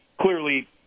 clearly